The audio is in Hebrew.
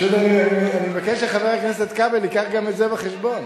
פשוט אני מבקש שחבר הכנסת כבל יביא גם את זה בחשבון.